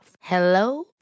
Hello